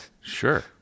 sure